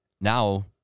Now